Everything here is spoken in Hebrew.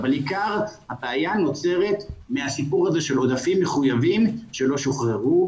אבל הבעיה נוצרת מהסיפור הזה של עודפים מחויבים שלא שוחררו,